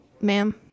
ma'am